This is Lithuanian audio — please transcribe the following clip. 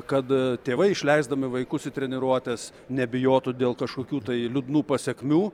kad tėvai išleisdami vaikus į treniruotes nebijotų dėl kažkokių tai liūdnų pasekmių